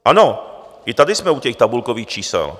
Ano, i tady jsme u těch tabulkových čísel.